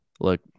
Look